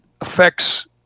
affects